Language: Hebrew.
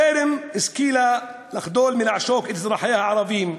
היא טרם השכילה לחדול מלעשוק את אזרחיה הערבים,